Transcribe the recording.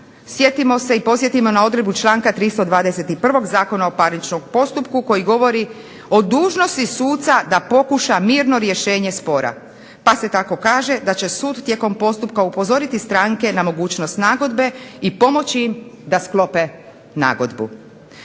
sjetimo i podsjetimo na odredbu članka 321. Zakona o parničnom postupku koji govori o dužnosti suca da pokuša mirno rješenje spora. Pa se tako kaže da će sud tijekom postupka upozoriti stranke na mogućnost nagodbe i pomoći im da sklope nagodbu.